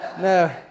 No